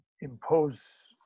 impose